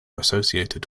associated